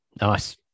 Nice